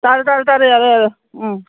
ꯇꯥꯔꯦ ꯇꯥꯔꯦ ꯇꯥꯔꯦ ꯌꯥꯔꯦ ꯌꯥꯔꯦ ꯎꯝ